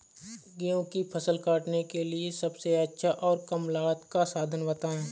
गेहूँ की फसल काटने के लिए सबसे अच्छा और कम लागत का साधन बताएं?